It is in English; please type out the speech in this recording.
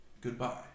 goodbye